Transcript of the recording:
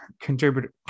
contributor